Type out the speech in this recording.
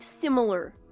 similar